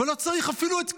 ולא צריך אפילו את כולם.